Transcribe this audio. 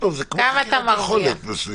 כמה אתה מרוויח?